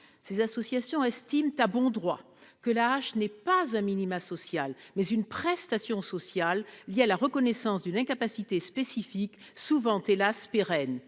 Ces associations estiment à bon droit que l'AAH est non pas un minimum social, mais une prestation sociale liée à la reconnaissance d'une incapacité spécifique souvent, hélas, pérenne.